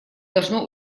должно